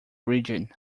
region